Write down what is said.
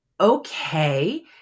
okay